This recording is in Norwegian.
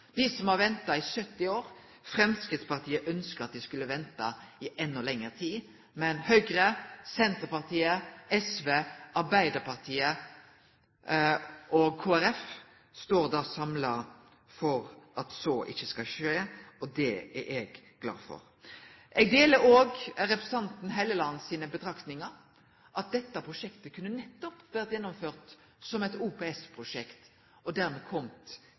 som har venta i 70 år, ønskjer Framstegspartiet skulle vente enda lenger. Men Høgre, Senterpartiet, SV, Arbeidarpartiet og Kristeleg Folkeparti står samla om at så ikkje skal skje. Det er eg glad for. Eg deler òg representanten Helleland sine vurderingar, at dette prosjektet nettopp kunne vore gjennomført som eit OPS-prosjekt og